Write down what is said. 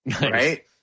right